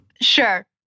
Sure